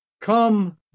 come